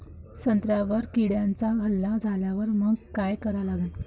संत्र्यावर किड्यांचा हल्ला झाल्यावर मंग काय करा लागन?